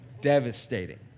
Devastating